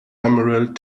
emerald